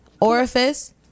Orifice